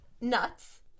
nuts